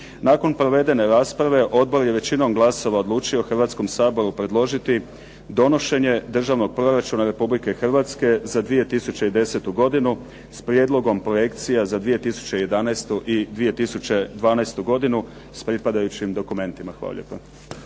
Nakon provedene rasprave odbor je većinom glasova odlučio Hrvatskom saboru predložiti donošenje Državnog proračuna Republike Hrvatske za 2010. godinu s prijedlogom projekcija za 2011. i 2012. godinu s pripadajućim dokumentima. Hvala lijepa.